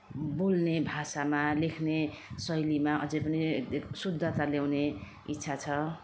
बोल्ने भाषामा लेख्ने शैलीमा अझै पनि एक शुद्धता ल्याउने इच्छा छ